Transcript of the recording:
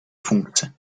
funkce